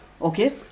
Okay